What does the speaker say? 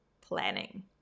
planning